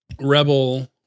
rebel